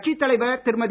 கட்சித் தலைவர் திருமதி